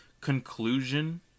conclusion